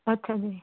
ਅੱਛਾ ਜੀ